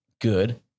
good